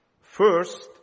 First